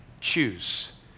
choose